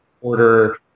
order